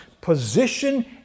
position